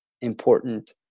important